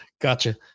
Gotcha